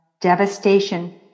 Devastation